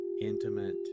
intimate